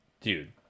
dude